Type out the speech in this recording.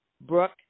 Brooke